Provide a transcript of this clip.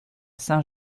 saint